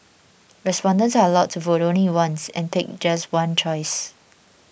respondents are allowed to vote only once and pick just one choice